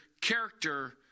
character